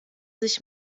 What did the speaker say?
sich